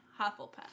Hufflepuff